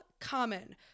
common